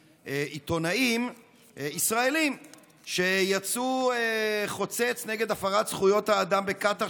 מעיתונאים ישראלים שיצאו חוצץ נגד הפרת זכויות האדם בקטאר,